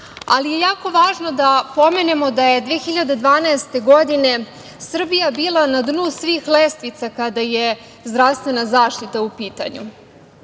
Ali je jako važno da pomenemo da je 2012. godine Srbija bila na dnu svih lestvica kada je zdravstvena zaštita u pitanju.